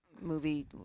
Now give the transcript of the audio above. movie